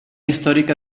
histórica